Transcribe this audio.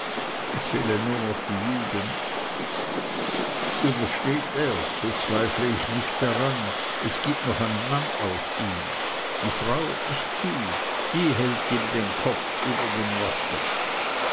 nur noch die juden übersteht ers so zweifle ich nicht daran es gibt noch ein mann aus ihm die frau ist gut die hält ihm den kopf über dem wasser